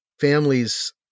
families